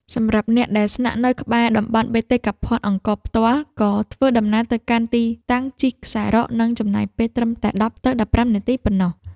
សម្រាប់អ្នកដែលស្នាក់នៅក្បែរតំបន់បេតិកភណ្ឌអង្គរផ្ទាល់ ការធ្វើដំណើរទៅកាន់ទីតាំងជិះខ្សែរ៉កនឹងចំណាយពេលត្រឹមតែ ១០ ទៅ ១៥ នាទីប៉ុណ្ណោះ។